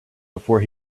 before